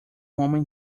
homem